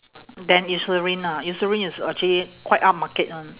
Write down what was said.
then eucerin ah eucerin is actually quite upmarket [one]